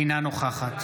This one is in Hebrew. אינה נוכחת